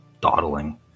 dawdling